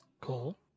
Cool